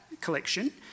collection